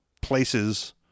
places